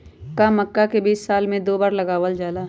का मक्का के बीज साल में दो बार लगावल जला?